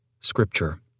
Scripture